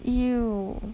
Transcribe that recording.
!eww!